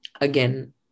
again